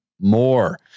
more